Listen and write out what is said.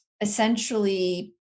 essentially